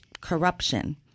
corruption